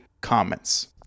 comments